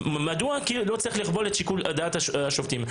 כי לא צריך לכבול את שיקול דעת השופטים.